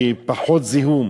כי יהיה פחות זיהום,